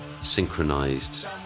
synchronized